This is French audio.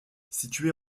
situé